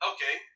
Okay